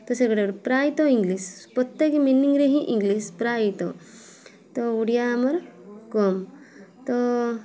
ତ ସେଗୁଡ଼ା ପ୍ରାୟତଃ ଇଂଲିସ୍ ପ୍ରତ୍ୟେକ ମିନିଙ୍ଗ୍ରେ ହିଁ ଇଂଲିସ୍ ପ୍ରାୟତଃ ତ ଓଡ଼ିଆ ଆମର କମ୍ ତ